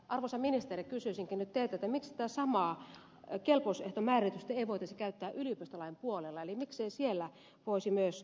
arvoisa ministeri kysyisinkin nyt teiltä miksei tätä samaa kelpoisuusehtomääritystä voitaisi käyttää yliopistolain puolella eli miksei siellä voisi myös kelpoisuusehtoja säätää asetuksella eikä johtosäännöllä niin kuin nyt on esitetty